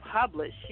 publish